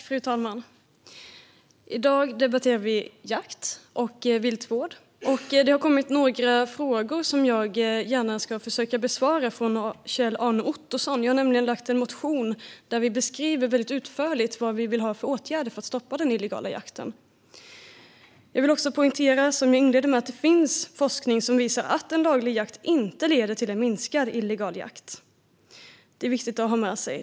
Fru talman! I dag debatterar vi jakt och viltvård. Kjell-Arne Ottosson ställde några frågor som jag gärna ska försöka besvara. Jag har nämligen skrivit en motion där det väldigt utförligt beskrivs vilka åtgärder jag önskar för att stoppa den illegala jakten. Jag vill också poängtera att det finns forskning som visar att laglig jakt inte leder till en minskad illegal jakt. Detta är viktigt att ha med sig.